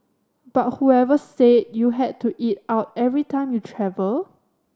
but whoever said you had to eat out every time you travel